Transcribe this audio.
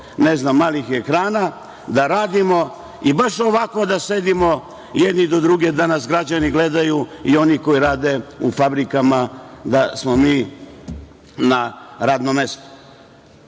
preko malih ekrana, da radimo i baš ovako da sedimo jedni do drugih, da nas građani gledaju i oni koji rade u fabrikama, da smo mi na radnom mestu. Veoma